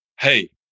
hey